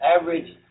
average